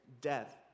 death